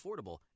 affordable